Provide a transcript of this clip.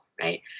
right